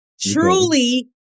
Truly